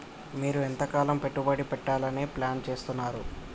మీరు ఎంతకాలం పెట్టుబడి పెట్టాలని ప్లాన్ చేస్తున్నారు?